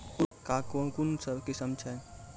उर्वरक कऽ कून कून किस्म छै?